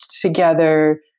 together